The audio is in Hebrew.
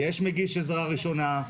יש מגיש עזרה ראשונה,